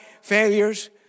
failures